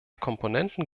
komponenten